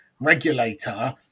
regulator